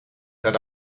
daar